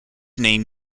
name